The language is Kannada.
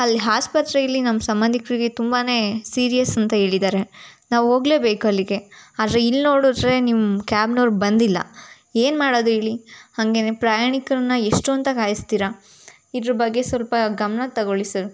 ಅಲ್ಲಿ ಆಸ್ಪತ್ರೆಯಲ್ಲಿ ನಮ್ಮ ಸಂಬಂಧಿಕರಿಗೆ ತುಂಬಾ ಸೀರಿಯಸ್ ಅಂತ ಹೇಳಿದ್ದಾರೆ ನಾವು ಹೋಗ್ಲೇಬೇಕ್ ಅಲ್ಲಿಗೆ ಆದರೆ ಇಲ್ಲಿ ನೋಡಿದ್ರೆ ನಿಮ್ಮ ಕಾಬ್ನವ್ರು ಬಂದಿಲ್ಲ ಏನು ಮಾಡೋದು ಹೇಳಿ ಹಾಗೆನೆ ಪ್ರಯಾಣಿಕರನ್ನ ಎಷ್ಟು ಅಂತ ಕಾಯಿಸ್ತೀರ ಇದ್ರ ಬಗ್ಗೆ ಸ್ವಲ್ಪ ಗಮನ ತೊಗೊಳಿ ಸರ್